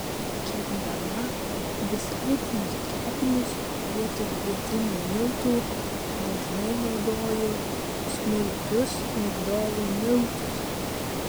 kepdama biskvitinius kepinius vietoj kvietinių miltų dažnai naudoju smulkius migdolų miltus